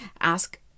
ask